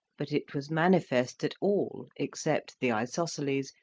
but it was manifest that all, except the isosceles,